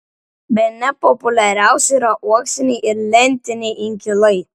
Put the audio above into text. bene populiariausi yra uoksiniai ir lentiniai inkilai